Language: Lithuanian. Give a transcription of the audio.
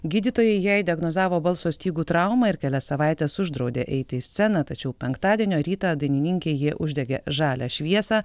gydytojai jai diagnozavo balso stygų traumą ir kelias savaites uždraudė eiti į sceną tačiau penktadienio rytą dainininkei jie uždegė žalią šviesą